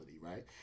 right